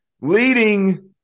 leading